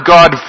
God